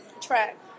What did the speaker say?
track